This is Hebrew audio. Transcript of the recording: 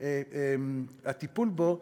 הטיפול בו,